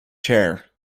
chair